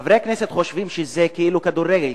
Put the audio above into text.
חברי הכנסת חושבים שזה כאילו כדורגל,